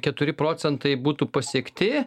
keturi procentai būtų pasiekti